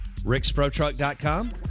ricksprotruck.com